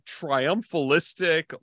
triumphalistic